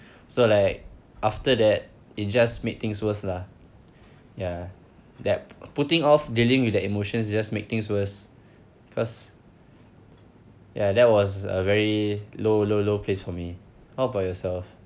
so like after that it just made things worse lah ya that putting off dealing with the emotions you just make things worse cause ya that was a very low low low place for me how about yourself